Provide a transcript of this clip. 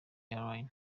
airlines